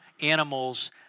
animals